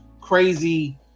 crazy